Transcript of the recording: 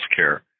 healthcare